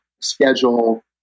schedule